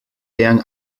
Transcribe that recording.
eang